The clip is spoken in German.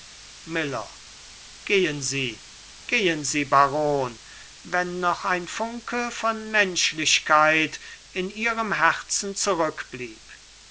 miller gehen sie gehen sie baron wenn noch ein funke von menschlichkeit in ihrem herzen zurückblieb wenn